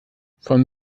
von